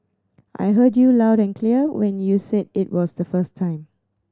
I heard you loud and clear when you said it was the first time